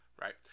right